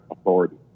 authority